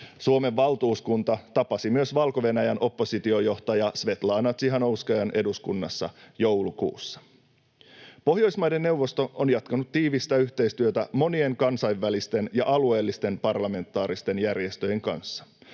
Suomen valtuuskunta tapasi myös Valko-Venäjän oppositiojohtaja Svjatlana Tsih’anouskajan eduskunnassa joulukuussa. Pohjoismaiden neuvosto on jatkanut tiivistä yhteistyötä monien kansainvälisten ja alueellisten parlamentaaristen järjestöjen kanssa.